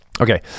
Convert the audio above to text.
okay